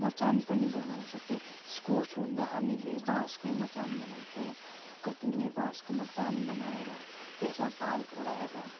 मचान पनि बनाउन सक्छौँ इस्कुस रोप्दा हामीले बाँसकै मचान लगाउँछौँ कतिले बाँसको मचान बनाएर त्यसमा पाल ओढाएर